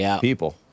people